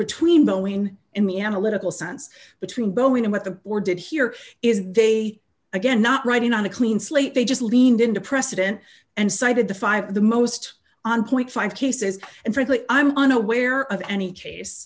between boeing in the analytical sense between boeing and what the board did here is they again not writing on a clean slate they just leaned into precedent and cited the five of the most on point five cases and frankly i'm unaware of any case